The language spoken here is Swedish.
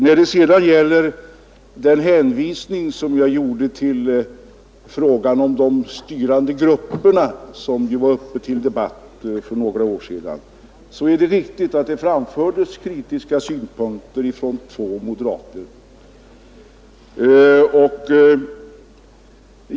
När det sedan gäller den hänvisning som jag gjorde till frågan om de s.k. styrande grupperna, som var uppe till debatt för några år sedan, är det riktigt att det framfördes kritiska synpunkter från två moderater.